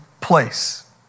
place